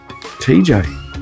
TJ